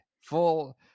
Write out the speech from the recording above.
Full